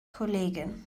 kollegin